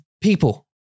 people